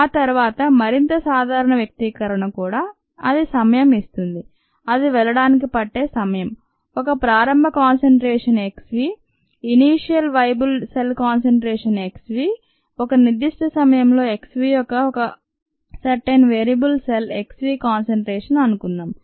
ఆ తర్వాత మరింత సాధారణ వ్యక్తీకరణ కూడా అది సమయం ఇస్తుంది అది వెళ్ళడానికి పట్టే సమయం ఒక ప్రారంభ concentration x v initial viable cell concentration x v ఒక నిర్దిష్ట సమయంలో x v యొక్క ఒక certain viable cell x v concentration అనుకుందాం